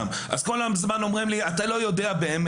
יש רשימת אתרים שרואים בהם סוג של המלצה 31 אתרים.